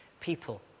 people